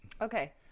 okay